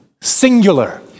singular